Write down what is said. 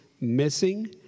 missing